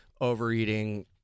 overeating